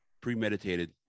premeditated